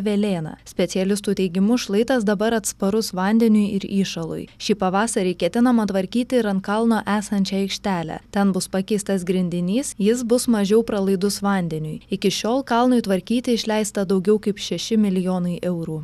velėna specialistų teigimu šlaitas dabar atsparus vandeniui ir įšalui šį pavasarį ketinama tvarkyti ir ant kalno esančią aikštelę ten bus pakeistas grindinys jis bus mažiau pralaidus vandeniui iki šiol kalnui tvarkyti išleista daugiau kaip šeši milijonai eurų